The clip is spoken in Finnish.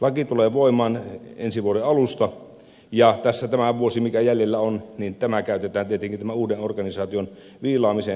laki tulee voimaan ensi vuoden alusta ja tässä tämä vuosi mikä jäljellä on käytetään tietenkin tämän uuden organisaation viilaamiseen